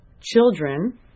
children